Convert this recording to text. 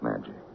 magic